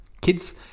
Kids